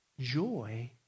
joy